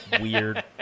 weird